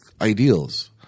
ideals